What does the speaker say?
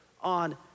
on